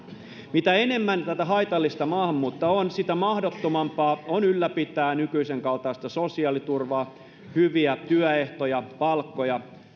mitä enemmän tätä haitallista maahanmuuttoa on sitä mahdottomampaa on ylläpitää nykyisen kaltaista sosiaaliturvaa hyviä työehtoja palkkoja